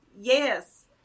Yes